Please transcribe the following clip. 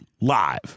live